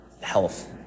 health